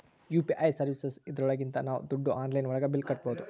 UPI services ಇದ್ರೊಳಗಿಂದ ನಾವ್ ದುಡ್ಡು ಆನ್ಲೈನ್ ಒಳಗ ಬಿಲ್ ಕಟ್ಬೋದೂ